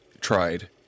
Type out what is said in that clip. tried